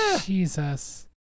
Jesus